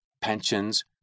pensions